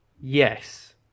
yes